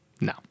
no